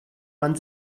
man